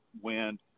wind